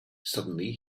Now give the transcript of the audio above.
suddenly